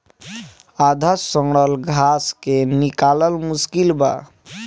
आधा सड़ल घास के निकालल मुश्किल बा